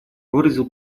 выразил